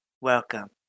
welcome